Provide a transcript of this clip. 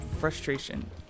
frustration